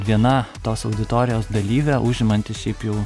viena tos auditorijos dalyvė užimanti šiaip jau